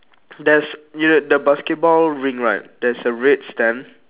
there's you know the basketball ring right there's a red stamp